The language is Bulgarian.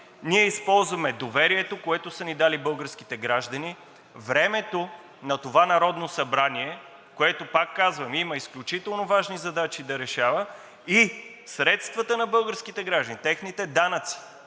ние използваме доверието, което са ни дали българските граждани, времето на това Народно събрание, което, пак казвам, има изключително важни задачи да решава, и средствата на българските граждани, техните данъци,